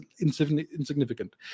insignificant